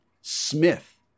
Smith